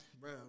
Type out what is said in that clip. Bro